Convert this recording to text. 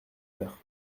lambert